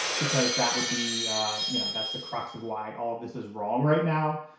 because that would be you know, that's the crux of why all of this is wrong right now.